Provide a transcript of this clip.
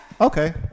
okay